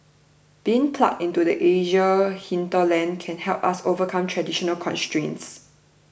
being plugged into the Asian hinterland can help us overcome traditional constraints